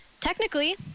Technically